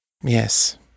Yes